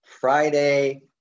Friday